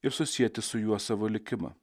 ir susieti su juo savo likimą